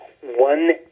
One